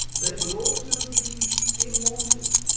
they will also be immortal,